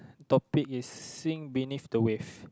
topic is sink beneath the wave